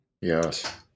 Yes